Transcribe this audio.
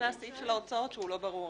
חוץ מהסעיף של ההוצאות שהוא לא ברור.